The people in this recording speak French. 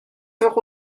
faire